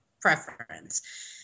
preference